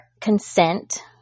consent